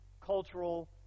cultural